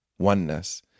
oneness